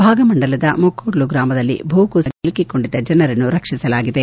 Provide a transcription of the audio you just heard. ಭಾಗಮಂಡಲದ ಮೊಕ್ಕೊಡ್ಲು ಗ್ರಾಮದಲ್ಲಿ ಭೂಕುಸಿತ ಉಂಟಾಗಿ ಸಿಲುಕಿಕೊಂಡಿದ್ದ ಜನರನ್ನು ರಕ್ಷಿಸಲಾಗಿದೆ